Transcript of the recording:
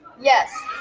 Yes